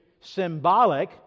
symbolic